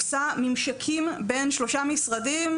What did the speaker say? עושה ממשקים בין שלושה משרדים,